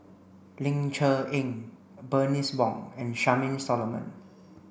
Ling Cher Eng Bernice Wong and Charmaine Solomon